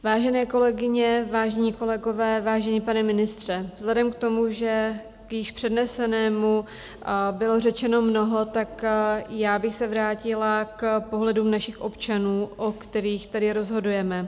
Vážené kolegyně, vážení kolegové, vážený pane ministře, vzhledem k tomu, že k již přednesenému bylo řečeno mnoho, tak já bych se vrátila k pohledům našich občanů, o kterých tady rozhodujeme.